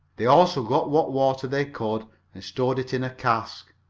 they also got what water they could and stored it in a cask,